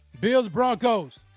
Bills-Broncos